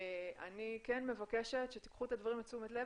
אני כן מבקשת שתקחו את הדברים לתשומת לב